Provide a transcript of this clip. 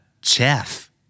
chef